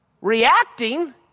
Reacting